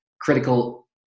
Critical